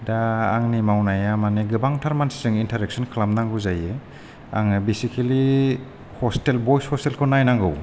दा आंनि मावनाया माने गोबांथार मानसिजों इन्टारेक्शोन खालामनांगौ जायो आङो बेसिकेलि हस्टेल बयेस हस्टेलखौ नायनांगौ